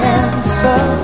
answer